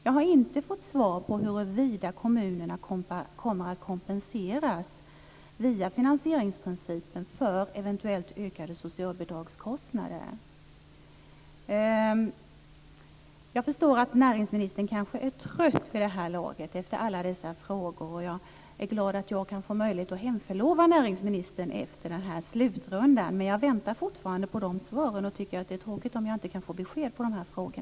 Jag har inte fått svar på huruvida kommunerna kommer att kompenseras via finansieringsprincipen för eventuella ökade socialbidragskostnader. Jag förstår att näringsministern kanske är trött vid det här laget efter alla dessa interpellationer. Och jag är glad att jag kan få möjlighet att hemförlova näringsministern efter den här slutrundan. Men jag väntar fortfarande på svaren och tycker att det är tråkigt om jag inte kan få svar på dessa frågor.